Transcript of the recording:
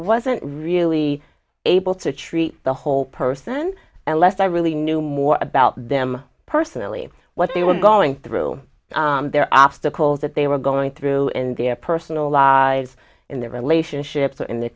wasn't really able to treat the whole person unless i really knew more about them personally what they were going through their obstacles that they were going through in their personal lives in their relationship or in their